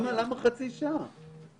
למה חצי שעה?